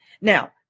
Now